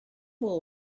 will